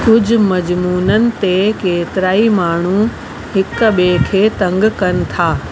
कुझु मजमूननि ते केतिराई माण्हूं हिक ॿिए खे तंग कनि था